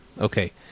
Okay